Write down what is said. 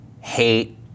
hate